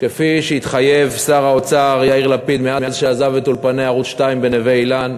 כפי שהתחייב שר האוצר יאיר לפיד מאז עזב את אולפני ערוץ 2 בנווה-אילן,